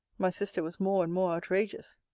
my sister was more and more outrageous.